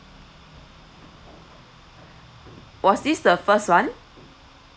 was this the first one